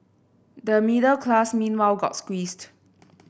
the middle class meanwhile got squeezed